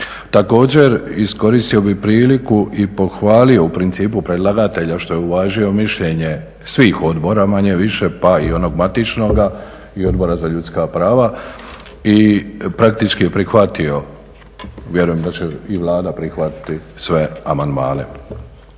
Također iskoristio bih priliku i pohvalio u principu predlagatelja što je uvažio mišljenje svih odbora manje-više pa i onog matičnog i Odbora za ljudska prava i praktički je prihvatio, vjerujem da će i Vlada prihvatiti sve amandmane.